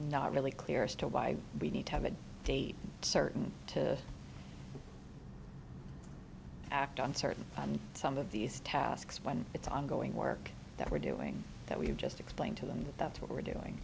not really clear as to why we need to have a date certain to act on certain on some of these tasks when it's ongoing work that we're doing that we've just explained to them that that's what we're doing